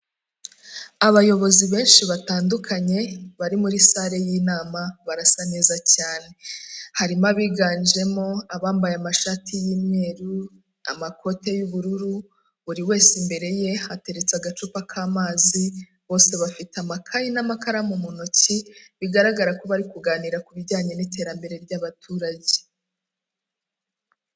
Abayobozi benshi batandukanye bari muri sale y'inama barasa neza cyane, harimo abiganjemo abambaye amashati y'umweru, amakote y'ubururu, buri wese imbere ye hateretse agacupa k'amazi bose bafite amakaye n'amakaramu mu ntoki, bigaragara ko bari kuganira ku bijyanye n'iterambere ry'abaturage.